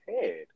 head